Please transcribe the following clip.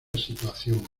situación